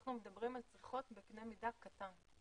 אנחנו מדברים על צריכות בקנה מידה קטן.